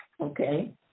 Okay